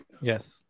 Yes